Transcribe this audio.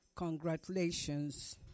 Congratulations